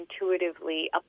intuitively